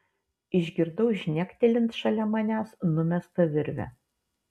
išgirdau žnektelint šalia manęs numestą virvę